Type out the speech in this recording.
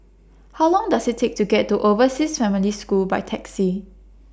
How Long Does IT Take to get to Overseas Family School By Taxi